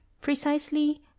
precisely